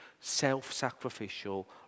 self-sacrificial